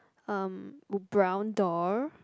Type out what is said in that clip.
um b~ brown door